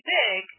big